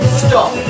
stop